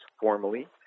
formally